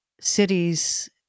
cities